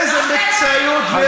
איזה מקצועיות ואיזה אובייקטיביות.